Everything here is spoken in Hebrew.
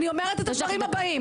אני אשלים את הדברים שלי.